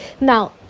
Now